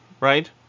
right